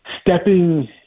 stepping